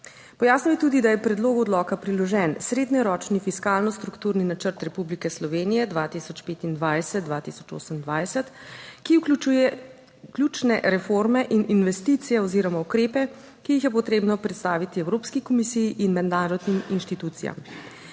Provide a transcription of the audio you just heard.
Pojasnil je tudi, da je v predlogu odloka priložen srednjeročni fiskalno strukturni načrt Republike Slovenije 2025-2028, ki vključuje ključne reforme in investicije oziroma ukrepe, ki jih je potrebno predstaviti Evropski komisiji in mednarodnim inštitucijam.